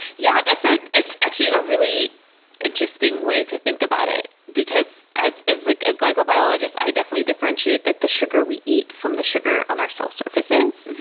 yeah, that's ah actually a really interesting way to think about it because, as as like a glycobiologist, i definitely differentiate like the sugar we eat from the sugar on our cell surfaces.